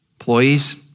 employees